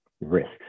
risks